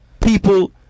people